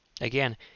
again